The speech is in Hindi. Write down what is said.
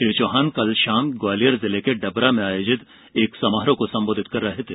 श्री चौहान कल शाम ग्वालियर जिले के डबरा में आयोजित ऐ समारोह को संबोधित कर रहे थे